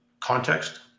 context